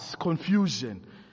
confusion